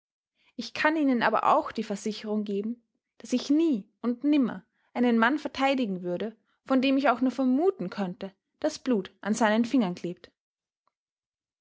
ich kann ihnen aber auch die versicherung geben daß ich nie und nimmer einen mann verteidigen würde von dem ich auch nur vermuten könnte daß blut an seinen fingern klebt